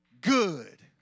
good